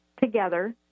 together